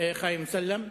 חיים אמסלם,